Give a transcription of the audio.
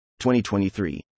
2023